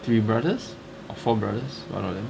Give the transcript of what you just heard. three brothers or four brothers one of them